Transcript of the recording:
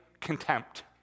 contempt